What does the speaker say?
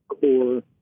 core